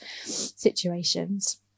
situations